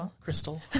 Crystal